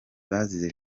bazize